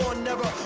never